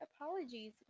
apologies